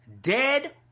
dead